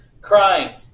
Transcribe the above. crying